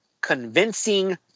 convincing